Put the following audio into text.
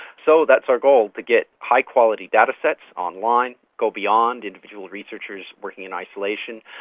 so that's our goal, to get high-quality datasets online, go beyond individual researchers working in isolation,